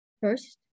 First